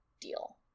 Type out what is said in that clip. deal